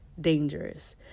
dangerous